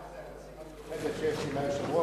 לאור מערכת היחסים המיוחדת שיש לי עם היושב-ראש,